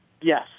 Yes